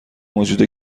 موجود